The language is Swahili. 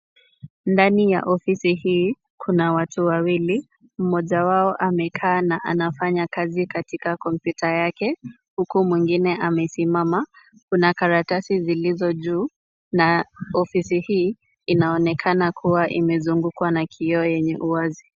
Ndani ya ofisi hii kuna watu wawili, mmoja wao amekaa na anafanya kazi katika kompyuta yake, huku mwingine amesimama. Kuna karatasi zilizo juu na ofisi hii inaonekana kuwa imezungukwa na kioo yenye uwazi.